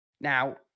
Now